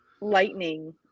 Lightning